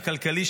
הכלכלי,